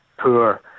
poor